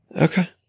Okay